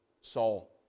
Saul